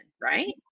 right